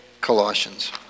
Colossians